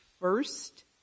first